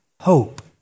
hope